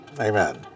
Amen